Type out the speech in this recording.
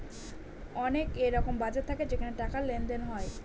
অনেক এরকম বাজার থাকে যেখানে টাকার লেনদেন হয়